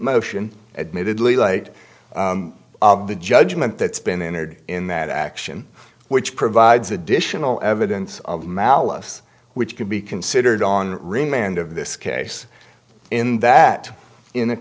motion admittedly late the judgment that's been entered in that action which provides additional evidence of malice which could be considered on remand of this case in that in a